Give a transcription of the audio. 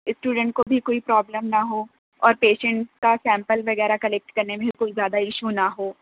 student کو بھی کوئی پرابلم نہ ہو اور پیشینٹ کا سیمپل وغیرہ کلیکٹ کرنے میں بالکل زیادہ اِشو نہ ہو